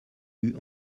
eut